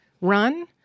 run